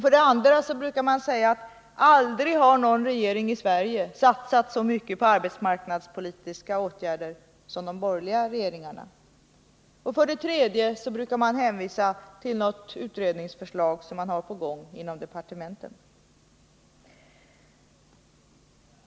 För det andra brukar man säga: Aldrig har någon regering i Sverige satsat så mycket på arbetsmarknadspolitiska åtgärder som de borgerliga regeringarna. För det tredje brukar man hänvisa till något utredningsförslag som man har på gång inom departementen.